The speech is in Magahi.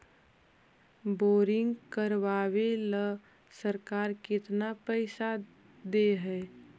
बोरिंग करबाबे ल सरकार केतना पैसा दे है?